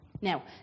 Now